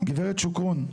גברת שוקרון,